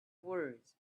words